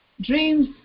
Dreams